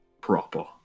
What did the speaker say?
proper